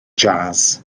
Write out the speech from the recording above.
jazz